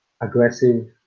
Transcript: aggressive